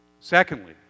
Secondly